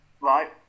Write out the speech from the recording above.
right